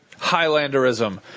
Highlanderism